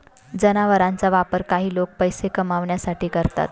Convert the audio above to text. जनावरांचा वापर काही लोक पैसे कमावण्यासाठी करतात